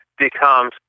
becomes